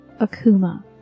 Akuma